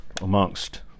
amongst